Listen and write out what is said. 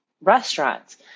restaurants